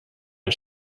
der